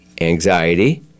anxiety